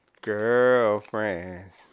Girlfriends